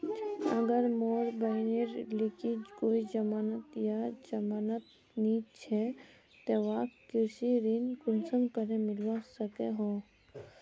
अगर मोर बहिनेर लिकी कोई जमानत या जमानत नि छे ते वाहक कृषि ऋण कुंसम करे मिलवा सको हो?